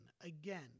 Again